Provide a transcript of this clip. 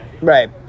Right